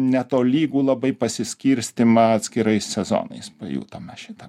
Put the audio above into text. netolygų labai pasiskirstymą atskirais sezonais pajutome šitą